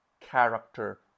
character